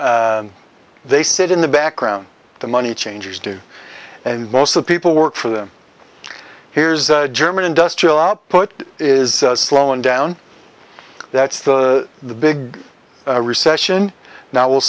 they sit in the background the money changers do and most the people work for them here's a german industrial output is slowing down that's the the big recession now w